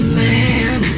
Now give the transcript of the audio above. man